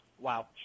Wow